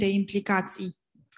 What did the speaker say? implications